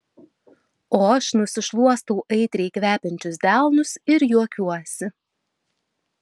o aš nusišluostau aitriai kvepiančius delnus ir juokiuosi